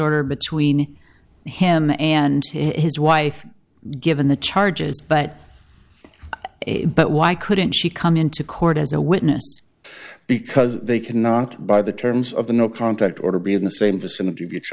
order between him and his wife given the charges but but why couldn't she come into court as a witness because they cannot by the terms of the no contact order be in the same vicinity of each